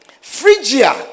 Phrygia